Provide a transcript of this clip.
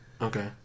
Okay